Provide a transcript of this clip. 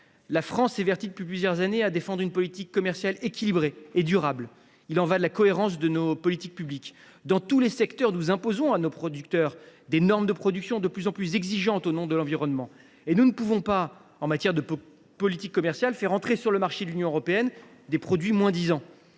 La France s’évertue depuis plusieurs années à défendre une politique commerciale équilibrée et durable. Il y va de la cohérence de nos politiques publiques. Alors que nous imposons à nos producteurs dans tous les secteurs des normes de production de plus en plus exigeantes au nom de l’environnement, nous ne pouvons pas en matière de politique commerciale laisser entrer sur le marché de l’Union européenne des produits moins disants.